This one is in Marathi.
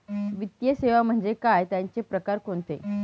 वित्तीय सेवा म्हणजे काय? त्यांचे प्रकार कोणते?